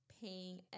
paying